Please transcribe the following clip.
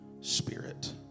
spirit